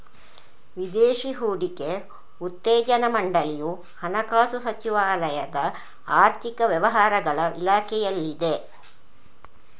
ವಿದೇಶಿ ಹೂಡಿಕೆ ಉತ್ತೇಜನಾ ಮಂಡಳಿಯು ಹಣಕಾಸು ಸಚಿವಾಲಯದ ಆರ್ಥಿಕ ವ್ಯವಹಾರಗಳ ಇಲಾಖೆಯಲ್ಲಿದೆ